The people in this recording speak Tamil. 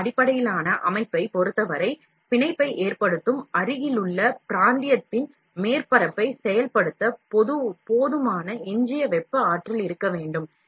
வெப்ப அடிப்படையிலான அமைப்பைப் பொறுத்தவரை பிணைப்பை ஏற்படுத்தும் அருகிலுள்ள அடுத்த மேற்பரப்பை செயல்படுத்த போதுமான எஞ்சிய வெப்ப ஆற்றல் இருக்க வேண்டும்